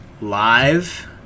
live